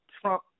Trump